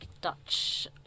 Dutch